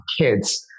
kids